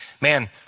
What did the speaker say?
man